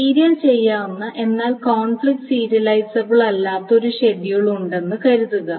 serial ചെയ്യാവുന്ന എന്നാൽ conflict serialisable അല്ലാത്ത ഒരു ഷെഡ്യൂൾ ഉണ്ടെന്ന് കരുതുക